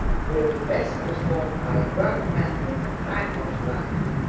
will be best performed by a workman in the prime of life.